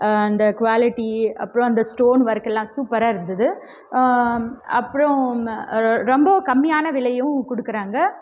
அந்த குவாலட்டி அப்புறம் அந்த ஸ்டோன் ஒர்க்கெலாம் சூப்பராக இருந்தது அப்புறம் ரொம்ப கம்மியான விலையும் கொடுக்கறாங்க